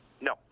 No